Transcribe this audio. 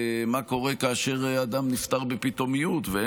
מה קורה כאשר אדם נפטר בפתאומיות ואין